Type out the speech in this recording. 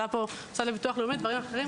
עלה פה המוסד לביטוח לאומי, דברים אחרים.